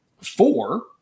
four